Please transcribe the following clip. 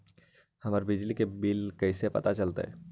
हमर बिजली के बिल कैसे पता चलतै?